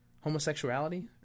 Homosexuality